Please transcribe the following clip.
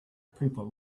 people